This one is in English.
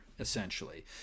essentially